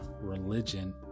religion